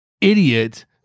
idiot